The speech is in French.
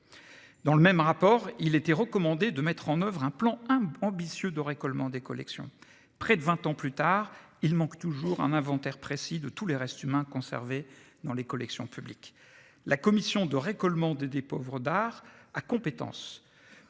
Dans le même rapport, il était recommandé de mettre en oeuvre un plan ambitieux de récolement des collections. Près de vingt ans plus tard, il manque toujours un inventaire précis de tous les restes humains conservés dans les collections publiques. La Commission de récolement des dépôts d'oeuvres d'art a compétence